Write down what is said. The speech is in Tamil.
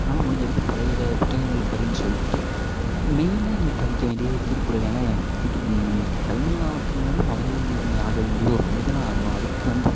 உன்னால் முடிஞ்சவரைக்கும் பழைய க புத்தகங்கள் படின்னு சொல்லிட்டு மெயினாக நீ படிக்க வேண்டியது திருக்குறள் ஏன்னா நீ கவிஞன் ஆவறதுக்கு முன்னாடியே முதல் நீ நீ ஆக வேண்டியது ஒரு மனிதனாக ஆகணும் அதுக்கு வந்து